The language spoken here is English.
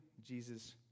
Jesus